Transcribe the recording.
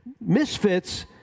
misfits